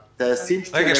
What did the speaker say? הטייסים --- רק רגע,